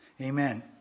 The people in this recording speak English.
amen